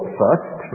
first